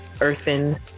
Earthen